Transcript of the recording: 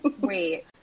Wait